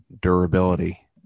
Durability